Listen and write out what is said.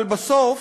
אבל בסוף